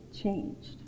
changed